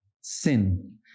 sin